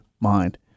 mind